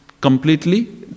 completely